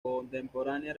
contemporánea